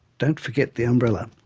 don't forget the umbrella.